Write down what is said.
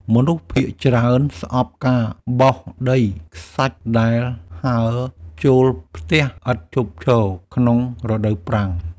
មនុស្សភាគច្រើនស្អប់ការបោសដីខ្សាច់ដែលហើរចូលផ្ទះឥតឈប់ឈរក្នុងរដូវប្រាំង។